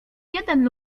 jeden